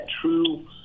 true